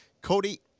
Cody